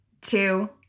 two